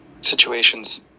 situations